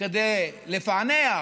כדי לפענח,